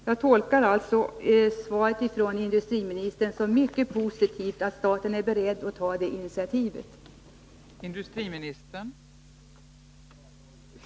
Jag tolkar svaret från industriministern som mycket positivt — staten är beredd att ta det initiativet. att rädda sysselsättningen på bruksorterna i Värmland